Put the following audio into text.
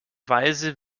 weise